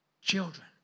children